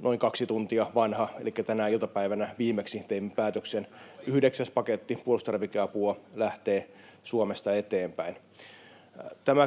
noin kaksi tuntia vanha, elikkä tänä iltapäivänä viimeksi teimme päätöksen: yhdeksäs paketti puolustustarvikeapua [Eduskunnasta: Oikein!] lähtee Suomesta eteenpäin.